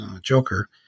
Joker